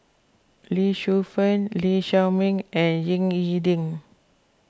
Lee Shu Fen Lee Shao Meng and Ying E Ding